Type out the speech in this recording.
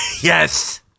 Yes